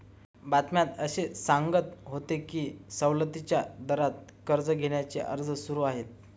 बातम्यात असे सांगत होते की सवलतीच्या दरात कर्ज घेण्याचे अर्ज सुरू आहेत